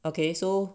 okay so